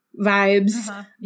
vibes